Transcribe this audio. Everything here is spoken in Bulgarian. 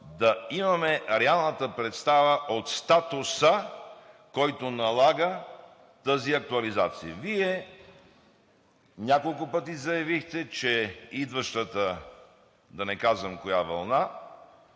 да имаме реална представа от статуса, който налага тази актуализация. Вие няколко пъти заявихте, че идващата, да не казвам коя вълна